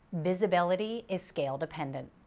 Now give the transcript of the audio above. visibility is scale dependent.